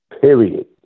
Period